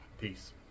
peace